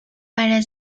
para